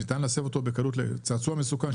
שניתן להסב אותו בקלות לצעצוע מסוכן,